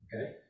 Okay